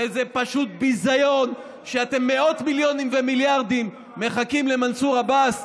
וזה פשוט ביזיון שמאות מיליונים ומיליארדים מחכים למנסור עבאס,